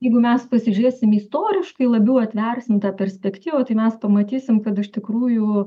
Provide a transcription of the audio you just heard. jeigu mes pasižiūrėsim istoriškai labiau atversim tą perspektyvą tai mes pamatysim kad iš tikrųjų